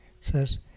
says